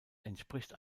entspricht